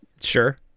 Sure